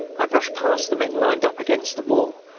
i brushed past the men lined up against the wall,